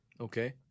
Okay